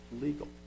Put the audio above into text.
legal